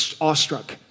awestruck